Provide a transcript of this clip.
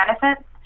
benefits